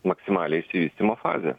maksimalią išsivystymo fazę